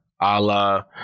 Allah